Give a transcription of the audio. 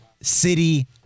City